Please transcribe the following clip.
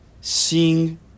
seeing